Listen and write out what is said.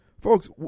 Folks